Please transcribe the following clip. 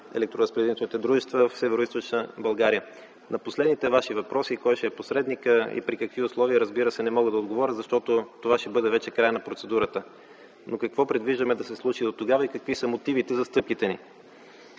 електроразпределителните дружества в Североизточна България. На последните Ваши въпроси – кой ще е посредникът и при какви условия, разбира се, не мога да отговоря, защото това ще бъде вече краят на процедурата. Какво предвиждаме да се случи дотогава и какви са мотивите за стъпките ни?